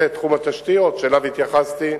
זה תחום התשתיות שאליו התייחסתי,